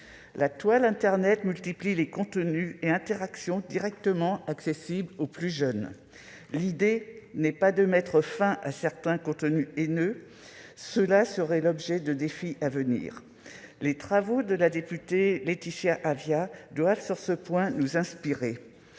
La toile multiplie les contenus et interactions directement accessibles aux plus jeunes. Il ne s'agit pas ici de mettre fin à certains contenus haineux ; cela sera l'objet de défis à venir. À cet égard, les travaux de la députée Laetitia Avia doivent nous inspirer.